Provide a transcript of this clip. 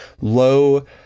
low